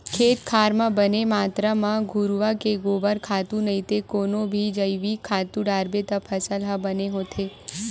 खेत खार म बने मातरा म घुरूवा के गोबर खातू नइते कोनो भी जइविक खातू डारबे त फसल ह बने होथे